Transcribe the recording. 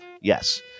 Yes